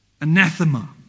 Anathema